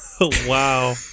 Wow